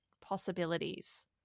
possibilities